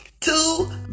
Two